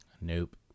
Nope